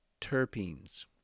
terpenes